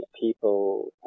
people